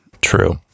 True